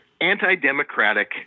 anti-democratic